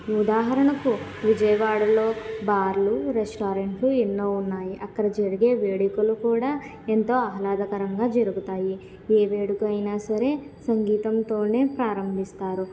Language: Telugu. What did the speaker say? ఉదాహరణకు విజయవాడలో బార్లు రెస్టారెంట్లు ఎన్నో ఉన్నాయి అక్కడ జరిగే వేడుకలు కూడా ఎంతో ఆహ్లాదకరంగా జరుగుతాయి ఏ వేడుక అయినా సరే సంగీతంతోనే ప్రారంభిస్తారు